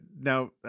Now